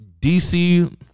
DC